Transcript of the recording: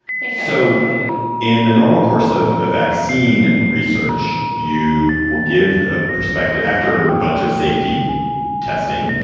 think so you do it in the normal course of ah vaccine research. you will give a perspective after a bunch of safety testing,